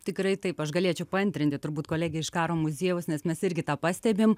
tikrai taip aš galėčiau paantrinti turbūt kolegę iš karo muziejaus nes mes irgi tą pastebim